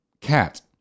cat